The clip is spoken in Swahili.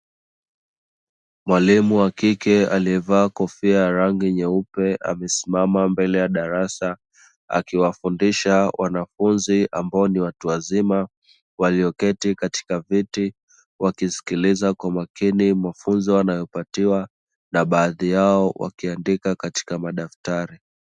Mwalimu wakike aliyevaa kofia ya rangi nyeupe amesimama mbele ya darasa akiwafundisha wanafunzi ambao ni watu wazima walioketi katika viti wakisikiliza kwa makini mafunzo wanayo patiwa na baadhi yao wakiandika katika madaftari